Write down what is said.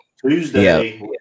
Tuesday